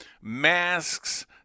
masks